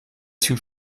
typ